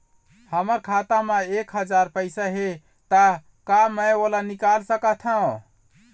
हमर खाता मा एक हजार पैसा हे ता का मैं ओला निकाल सकथव?